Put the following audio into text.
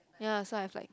ya so I have like